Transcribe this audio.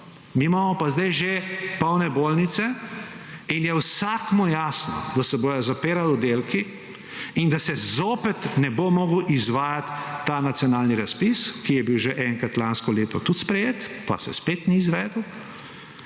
mi imamo pa zdaj že polne bolnice in je vsakemu jasno, da se bodo zapisali oddelki, in da se zopet ne bo mogel izvajati ta nacionalni razpis, ki je bil že enkrat lansko leto tudi sprejet, pa se spet ni izvedel,